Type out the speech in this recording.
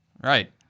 Right